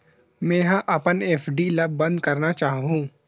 मेंहा अपन एफ.डी ला बंद करना चाहहु